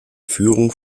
führung